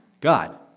God